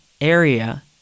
area